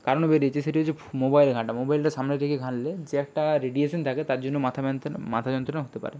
কারণও বেরিয়েছে সেটি হচ্ছে মোবাইল ঘাঁটা মোবাইলটা সামনে রেখে ঘাঁটলে যে একটা রেডিয়েশান থাকে তার জন্য মাথা মাথা যন্ত্রণা হতে পারে